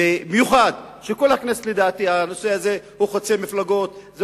ובמיוחד כי הנושא הזה חוצה מפלגות בכנסת,